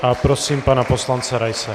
A prosím pana poslance Raise.